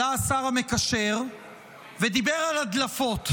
עלה השר המקשר ודיבר על הדלפות.